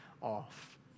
off